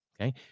Okay